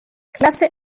klasse